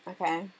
Okay